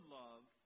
love